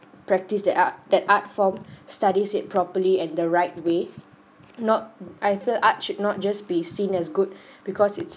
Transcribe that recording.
practice that art that art form studies it properly and the right way not um either art should not just be seen as good because it's